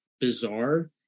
bizarre